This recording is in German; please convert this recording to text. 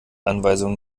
anweisungen